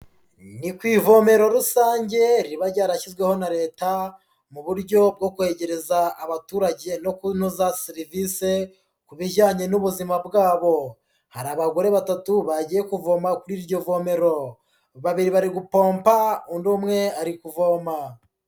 Ni ku ivomero rusange, riba ryarashyizweho na leta, mu buryo bwo kwegereza abaturage no kunoza serivise ku bijyanye n'ubuzima bwabo. Hari abagore batatu bagiye kuvoma kuri iryo vomero. Babiri bari gupomba, undi umwe ari kuvoma.